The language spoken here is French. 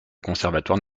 conservatoire